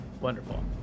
Wonderful